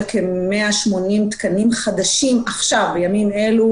כ-180 תקנים חדשים בימים אלה,